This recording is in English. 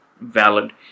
valid